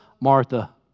Martha